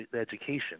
education